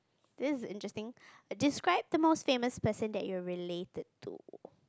this is interesting describe the most famous person that you are related to